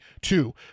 two